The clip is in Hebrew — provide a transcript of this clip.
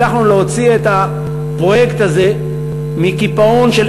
הצלחנו להוציא את הפרויקט הזה מקיפאון של